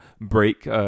Break